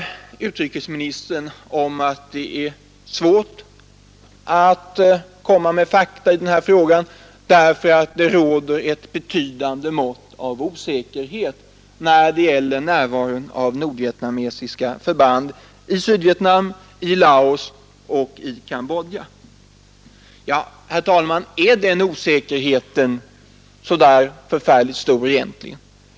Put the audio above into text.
Utrikesministern talar sedan om att det är svårt att komma med fakta i den här frågan därför att det råder ett betydande mått av osäkerhet när det gäller närvaron av nordvietnamesiska förband i Sydvietnam, i Laos och i Cambodja. Herr talman, är den osäkerheten så där förfärligt stor egentligen?